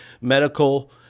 medical